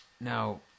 Now